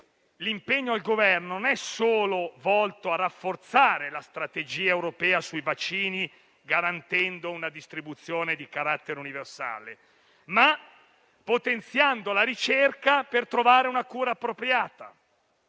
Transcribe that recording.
l'impegno al Governo non è solo volto a rafforzare la strategia europea sui vaccini garantendo una distribuzione di carattere universale, ma a potenziare la ricerca per trovare una cura appropriata.